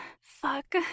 Fuck